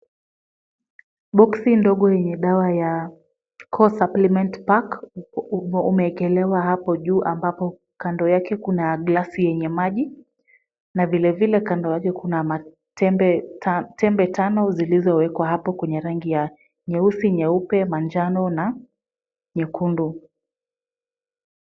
Boksi ndogo yenye dawa ya Core Supplements pack umeekelewa hapo juu, ambapo kando yake kuna glasi yenye maji na vilevile kando yake kuna tembe tano zilizowekwa hapo kwenye rangi ya nyeusi, nyeupe, manjano na nyekundu.